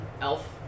elf